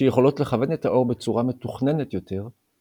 שיכולות לכוון את האור בצורה מתוכננת יותר,